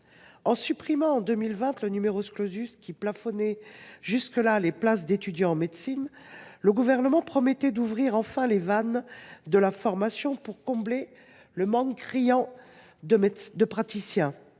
En supprimant en 2020 le qui plafonnait jusque là les places d’étudiants en médecine, le Gouvernement promettait d’ouvrir enfin les vannes de la formation pour combler le manque criant de praticiens.